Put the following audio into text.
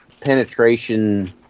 penetration